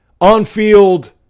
on-field